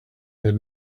had